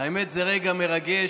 האמת היא שזה רגע מרגש,